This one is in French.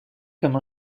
comme